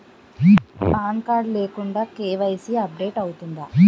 Pan card లేకుండా KYC update అవుతుందా?